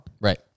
Right